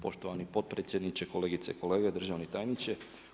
Poštovani potpredsjedniče, kolegice i kolege, državni tajniče.